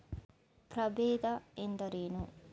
ಪ್ರಭೇದ ಎಂದರೇನು?